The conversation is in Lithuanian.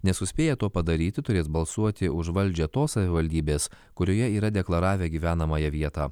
nesuspėję to padaryti turės balsuoti už valdžią tos savivaldybės kurioje yra deklaravę gyvenamąją vietą